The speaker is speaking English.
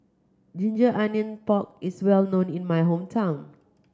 ginger onion pork is well known in my hometown